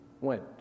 went